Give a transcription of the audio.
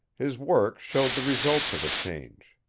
his work showed the results of the change.